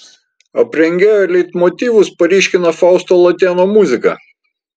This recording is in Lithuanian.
aprengėjo leitmotyvus paryškina fausto latėno muzika